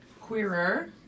Queerer